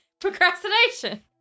Procrastination